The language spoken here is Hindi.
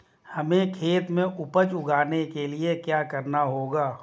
हमें खेत में उपज उगाने के लिये क्या करना होगा?